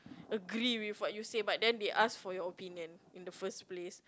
agree with what you say but then they asked for your opinion in the first place